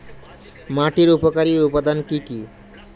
মাটির উপকারী উপাদান কি কি?